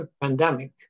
pandemic